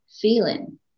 feeling